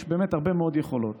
יש באמת הרבה מאוד יכולות.